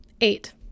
Eight